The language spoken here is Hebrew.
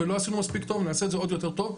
ולא עשינו מספיק טוב נעשה את זה עוד יותר טוב.